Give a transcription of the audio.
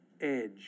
edge